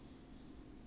uh